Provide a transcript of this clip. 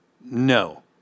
No